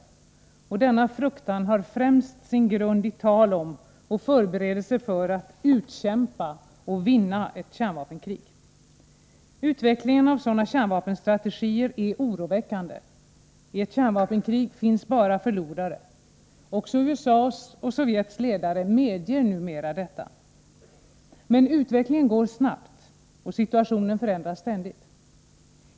Denna fruktan har främst sin grund i tal om förberedelser för att ”utkämpa” och ”vinna” ett kärnvapenkrig. Utvecklingen av sådana kärnvapenstrategier är oroväckande. I ett kärnvapenkrig finns bara förlorare. Också USA:s och Sovjets ledare medger numera detta. Men utvecklingen går snabbt, och situationen förändras ständigt.